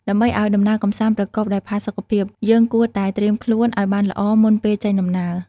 ដើម្បីឱ្យដំណើរកម្សាន្តប្រកបដោយផាសុកភាព យើងគួរតែ ត្រៀមខ្លួន ឱ្យបានល្អមុនពេលចេញដំណើរ។